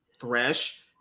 Thresh